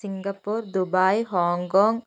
Singapore Dubai Hong Kong